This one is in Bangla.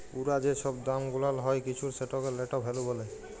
পুরা যে ছব দাম গুলাল হ্যয় কিছুর সেটকে লেট ভ্যালু ব্যলে